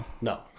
no